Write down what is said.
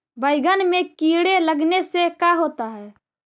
बैंगन में कीड़े लगने से का होता है?